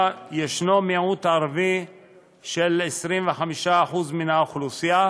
שבה יש מיעוט ערבי של 25% מן האוכלוסייה